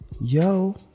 yo